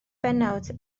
bennawd